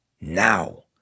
now